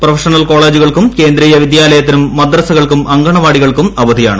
professional കേരളേജുകൾക്കും കേന്ദ്രീയ വിദ്യാലയത്തിനും മദ്രസകൾക്കും അങ്കണവാടികൾക്കൂർ അവധിയാണ്